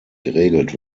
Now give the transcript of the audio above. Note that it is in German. geregelt